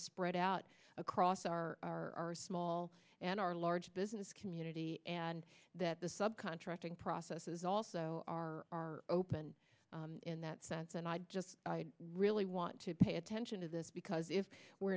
spread out across our small and our large business community and that the sub contracting processes also are open in that sense and i just really want to pay attention to this because if we're